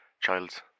child's